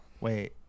Wait